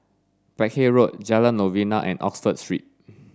Peck Hay Road Jalan Novena and Oxford Street